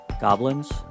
goblins